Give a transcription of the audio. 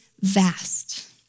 vast